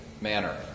manner